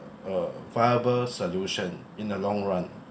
a viable solution in the long run